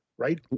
Right